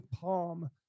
palm